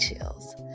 chills